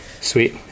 sweet